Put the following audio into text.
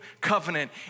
covenant